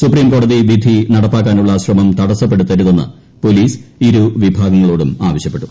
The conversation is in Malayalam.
സുപ്രീം കോടതി വിധി നടപ്പാക്കാനുള്ള ശ്രമം തടസ്സപ്പെടുത്തരുതെന്ന് പോലീസ് ഇരു വിഭാഗങ്ങളോടും ആവശ്യപ്പെട്ടു